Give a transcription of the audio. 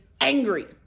angry